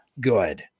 good